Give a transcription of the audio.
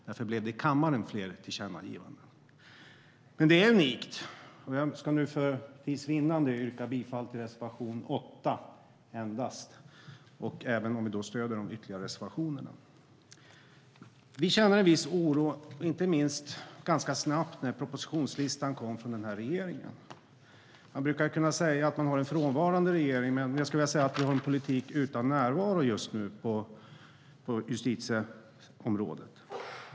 Därför blev det i kammaren fler tillkännagivanden. Men detta är unikt. Jag ska nu för tids vinnande yrka bifall endast till reservation 8, även om vi stöder våra övriga reservationer. Vi kände ganska snabbt en viss oro när propositionslistan kom från regeringen. Man brukar kunna säga att man har en frånvarande regering, men jag skulle vilja säga att vi har en politik utan närvaro just nu på justitieområdet.